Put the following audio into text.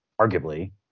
arguably